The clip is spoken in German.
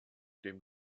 dem